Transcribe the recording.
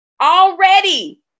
already